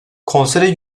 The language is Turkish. konsere